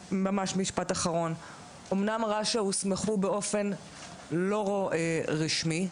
אומנם רש"א הוסמכו באופן לא רשמי,